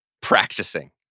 practicing